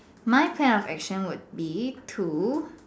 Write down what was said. my plan of action would be to